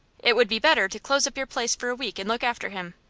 it would be better to close up your place for a week and look after him.